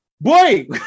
boy